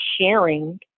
sharing